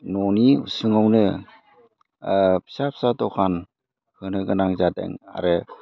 न'नि उसुङावनो फिसा फिसा दखान होनो गोनां जादों आरो